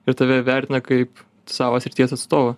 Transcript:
ir tave vertina kaip savo srities atstovą